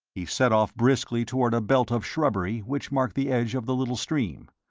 he set off briskly toward a belt of shrubbery which marked the edge of the little stream.